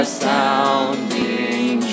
sounding